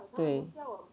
对